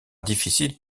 difficile